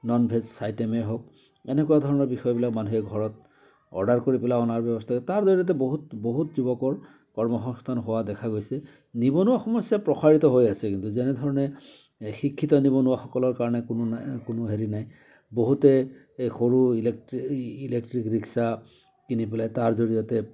non veg আইটেমেই হওক এনেকুৱা ধৰণৰ বিষয়বিলাক মানুহে ঘৰত অৰ্ডাৰ কৰি পেলাই অনাৰ ব্য়ৱস্থা তাৰ জৰিয়তে বহুত বহুত যুৱকৰ কৰ্ম সংস্থাপন হোৱা দেখা গৈছে নিবনুৱা সমস্য়া প্ৰসাৰিত হৈ আছে কিন্তু যেনেধৰণে এই শিক্ষিত নিবনুৱাসকলৰ কাৰণে কোনো নাই কোনো হেৰি নাই বহুতে এই সৰু ইলেকট্ৰি এই ইলেকট্ৰিক ৰিক্সা কিনি পেলাই তাৰ জৰিয়তে